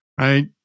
right